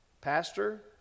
Pastor